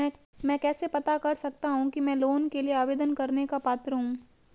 मैं कैसे पता कर सकता हूँ कि मैं लोन के लिए आवेदन करने का पात्र हूँ?